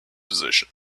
position